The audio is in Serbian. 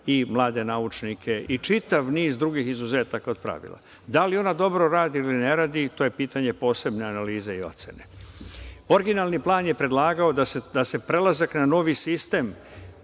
i mlade naučnike i čitav niz drugih izuzetaka od pravila. Da li ona dobro radi ili ne radi, to je pitanje posebne analize i ocene. Originalni plan je predlagao da se prelazak na novi sistem